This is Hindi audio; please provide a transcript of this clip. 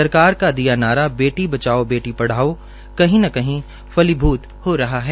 सरकार का दिया गया नारा बेटी बचाओ बेटी पढ़ाओं कहीं फलीभुत हो रहा है